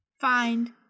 Find